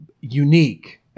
unique